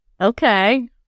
okay